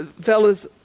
Fellas